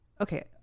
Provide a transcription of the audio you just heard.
Okay